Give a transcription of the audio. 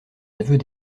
aveux